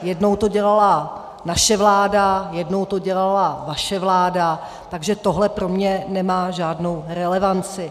Jednou to dělala naše vláda, jednou to dělala vaše vláda, takže tohle pro mne nemá žádnou relevanci.